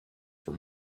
for